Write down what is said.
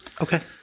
Okay